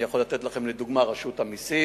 לדוגמה, אני יכול לתת לכם, רשות המסים.